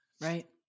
Right